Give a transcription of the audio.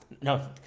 No